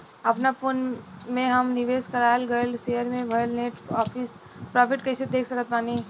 अपना फोन मे हम निवेश कराल गएल शेयर मे भएल नेट प्रॉफ़िट कइसे देख सकत बानी?